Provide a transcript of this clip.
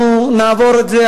אנחנו נעבור את זה,